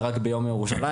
לאו דווקא ביום ירושלים.